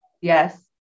Yes